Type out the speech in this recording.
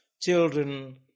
children